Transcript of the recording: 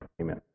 Amen